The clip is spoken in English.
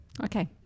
Okay